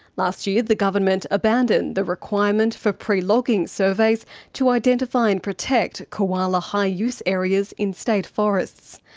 last year, the government abandoned the requirement for pre-logging surveys to identify and protect koala high-use areas in state forests.